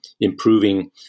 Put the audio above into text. improving